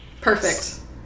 Perfect